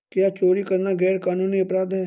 कर चोरी करना गैरकानूनी अपराध है